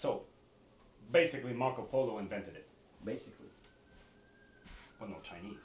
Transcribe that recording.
so basically marco polo invented basically